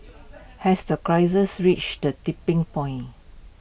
has the crisis reached the tipping point